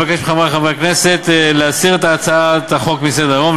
אבקש מחברי חברי הכנסת להסיר את הצעת החוק מסדר-היום,